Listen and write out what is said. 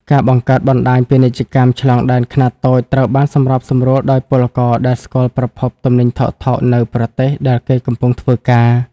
ការបង្កើតបណ្ដាញពាណិជ្ជកម្មឆ្លងដែនខ្នាតតូចត្រូវបានសម្របសម្រួលដោយពលករដែលស្គាល់ប្រភពទំនិញថោកៗនៅប្រទេសដែលគេកំពុងធ្វើការ។